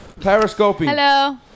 Periscoping